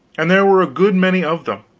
and there were a good many of them.